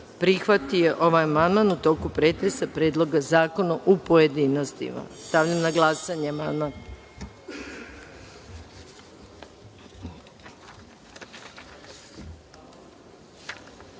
prihvatio je ovaj amandman u toku pretresa Predloga zakona u pojedinostima. Stavljam na glasanje ovaj